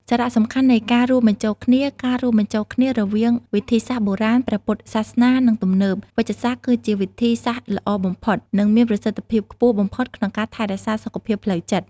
សារៈសំខាន់នៃការរួមបញ្ចូលគ្នា ការរួមបញ្ចូលគ្នារវាងវិធីសាស្ត្របុរាណ ព្រះពុទ្ធសាសនា និងទំនើប វេជ្ជសាស្ត្រ គឺជាវិធីសាស្រ្តល្អបំផុត និងមានប្រសិទ្ធភាពខ្ពស់បំផុតក្នុងការថែរក្សាសុខភាពផ្លូវចិត្ត។